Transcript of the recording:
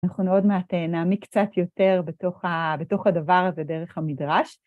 אנחנו עוד מעט נעמיק קצת יותר בתוך הדבר הזה דרך המדרש.